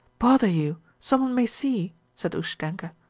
bother you, someone may see. said ustenka.